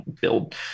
build